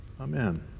Amen